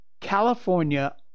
California